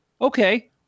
Okay